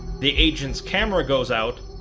the agent's camera goes out,